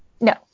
No